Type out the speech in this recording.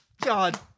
God